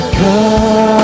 come